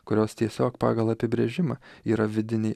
kurios tiesiog pagal apibrėžimą yra vidiniai